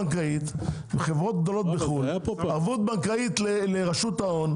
ושחברות גדולות בחו"ל ישימו ערבות בנקאית לרשות ההון,